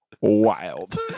wild